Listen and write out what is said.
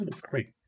Great